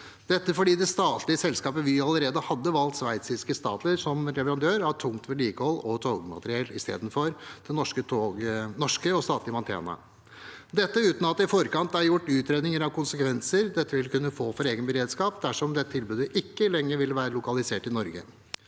at det statlige selskapet Vy allerede har valgt sveitsiske Stadler som leverandør av tungt vedlikehold av togmateriell, istedenfor det norske og statlige Mantena – uten at det i forkant er gjort utredninger av konsekvenser dette vil kunne få for egen beredskap dersom dette tilbudet ikke lenger vil være lokalisert i Norge.